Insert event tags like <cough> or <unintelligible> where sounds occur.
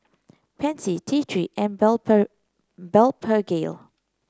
Pansy T Three and <unintelligible> Blephagel